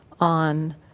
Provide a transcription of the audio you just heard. on